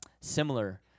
similar